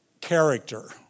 character